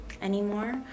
anymore